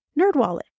Nerdwallet